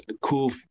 cool